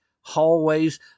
hallways